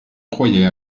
croyais